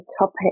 topic